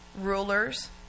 rulers